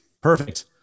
Perfect